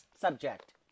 subject